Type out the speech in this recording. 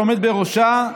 עומד בראשה,